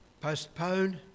postpone